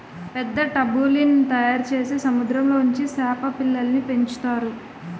పెద్ద టబ్బుల్ల్ని తయారుచేసి సముద్రంలో ఉంచి సేప పిల్లల్ని పెంచుతారు